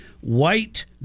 white